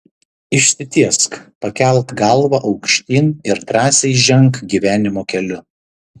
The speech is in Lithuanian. išsitiesk pakelk galvą aukštyn ir drąsiai ženk gyvenimo keliu